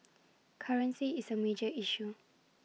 currency is A major issue